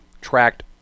tracked